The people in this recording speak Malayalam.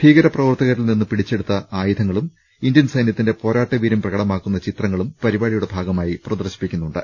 ഭീകരപ്രവർത്തകരിൽ നിന്ന് പിടിച്ചെടുത്ത ആയുധങ്ങളും ഇന്ത്യൻ സൈന്യത്തിന്റെ പോരാട്ടവീര്യം പ്രകടമാക്കുന്ന ചിത്രങ്ങളും പരിപാടിയുടെ ഭാഗമായി പ്രദർശിപ്പിക്കുന്നുണ്ട്